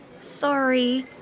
Sorry